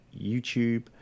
YouTube